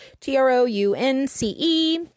T-R-O-U-N-C-E